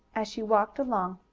as she walked along,